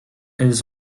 elles